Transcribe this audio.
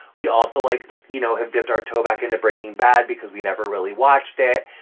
we also, like, you know, have dipped our toe back into breaking bad because we never really watched it.